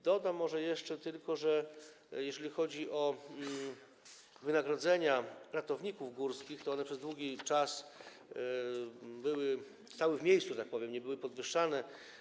Dodam może jeszcze tylko, że jeżeli chodzi o wynagrodzenia ratowników górskich, to one przez długi czas stały w miejscu, że tak powiem, nie były podwyższane.